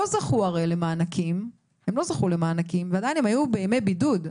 האחרון לא זכו למענקים והם שהו בבידודים.